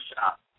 shop